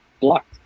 blocked